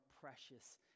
precious